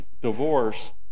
divorce